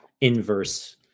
inverse